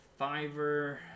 fiverr